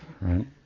right